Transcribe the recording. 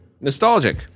nostalgic